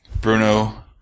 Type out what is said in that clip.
Bruno